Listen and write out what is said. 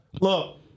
Look